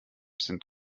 sind